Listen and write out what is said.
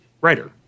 writer